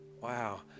Wow